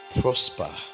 prosper